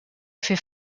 fer